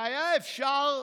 שהיה אפשר,